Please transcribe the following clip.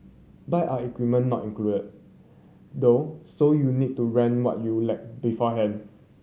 bike and equipment not included though so you'll need to rent what you lack beforehand